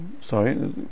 sorry